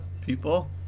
people-